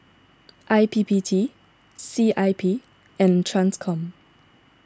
I P P T C I P and Transcom